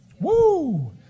Woo